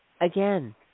again